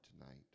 tonight